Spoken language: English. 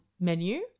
menu